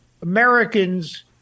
Americans